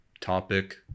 topic